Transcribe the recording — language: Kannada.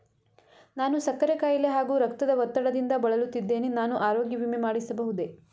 ನಾನು ಸಕ್ಕರೆ ಖಾಯಿಲೆ ಹಾಗೂ ರಕ್ತದ ಒತ್ತಡದಿಂದ ಬಳಲುತ್ತಿದ್ದೇನೆ ನಾನು ಆರೋಗ್ಯ ವಿಮೆ ಮಾಡಿಸಬಹುದೇ?